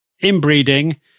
inbreeding